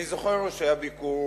אני זוכר שהיה ביקור